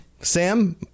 sam